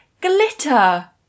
glitter